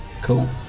Cool